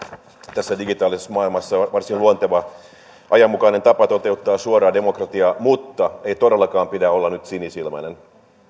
tässä digitaalisessa maailmassa varsin luonteva ajanmukainen tapa toteuttaa suoraa demokratiaa mutta ei todellakaan pidä olla nyt sinisilmäinen